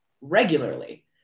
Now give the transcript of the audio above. regularly